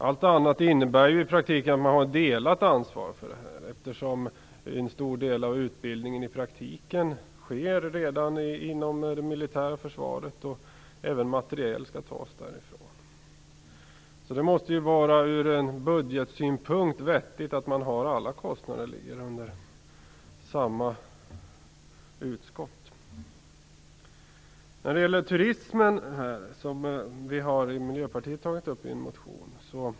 Allt annat innebär i praktiken ett delat ansvar, eftersom en stor del av utbildningen i själva verket redan sker inom det militära försvaret och eftersom även materiel skall tas därifrån. Ur budgetsynpunkt måste det därför vara vettigt att alla kostnader ligger i samma utskott. Den andra frågan gäller turismen, som vi i Miljöpartiet har tagit upp i en motion.